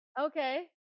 Okay